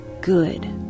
good